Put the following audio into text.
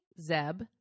Zeb